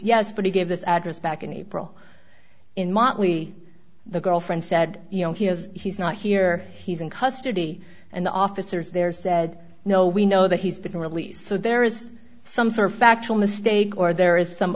yes but he gave this address back in april in motley the girlfriend said he's not here he's in custody and the officers there said no we know that he's been released so there is some sort of factual mistake or there is some